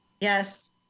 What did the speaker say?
Yes